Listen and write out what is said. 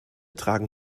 tragen